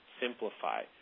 simplify